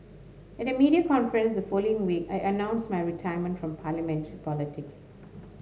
at a media conference the following week I announced my retirement from parliamentary politics